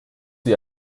wie